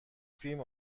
فیلم